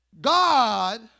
God